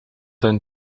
zijn